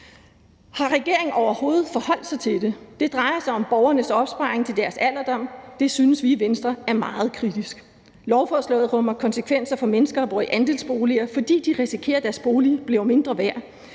Har regeringen overhovedet forholdt sig til det? Det drejer sig om borgernes opsparing til deres alderdom, og det synes vi i Venstre er meget kritisk. Lovforslaget rummer konsekvenser for mennesker, der bor i andelsboliger, fordi de risikerer, at deres bolig bliver mindre værd,